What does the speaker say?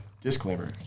Disclaimer